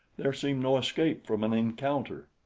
there seemed no escape from an encounter.